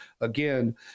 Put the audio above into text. again